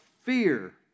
fear